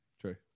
True